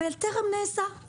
הדבר טרם נעשה.